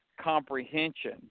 comprehension